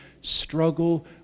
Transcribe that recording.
struggle